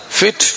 fit